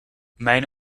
mijn